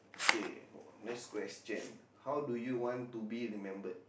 okay next question how do you want to be remembered